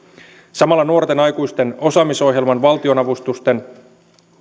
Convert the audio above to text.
samalla nuorten aikuisten osaamisohjelman valtionavustusten